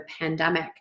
pandemic